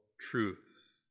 truth